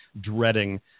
dreading